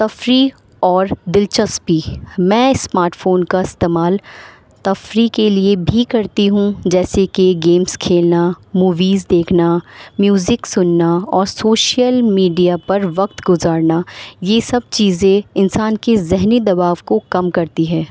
تفریح اور دلچسپی میں اسمارٹ فون کا استعمال تفریح کے لیے بھی کرتی ہوں جیسے کہ گیمس کھیلنا موویز دیکھنا میوزک سننا اور سوشل میڈیا پر وقت گزارنا یہ سب چیزیں انسان کی ذہنی دباؤ کو کم کرتی ہے